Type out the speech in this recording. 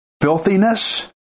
filthiness